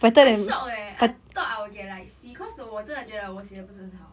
I shock eh I thought I will get like C because 我真的觉得我写的不是很好